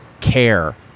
care